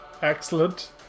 Excellent